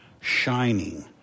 shining